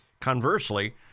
Conversely